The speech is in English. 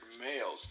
males